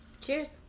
Cheers